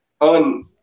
on